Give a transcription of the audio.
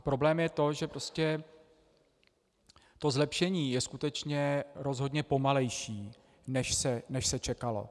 Problém je to, že prostě zlepšení je skutečně rozhodně pomalejší, než se čekalo.